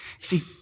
See